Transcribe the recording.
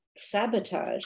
sabotage